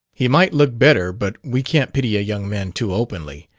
he might look better but we can't pity a young man too openly.